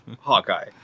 Hawkeye